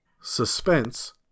suspense